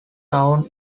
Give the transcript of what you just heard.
towns